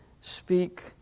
speak